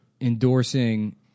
endorsing